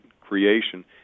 creation